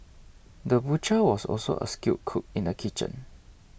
the butcher was also a skilled cook in the kitchen